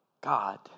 God